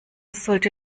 sollte